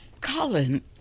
Colin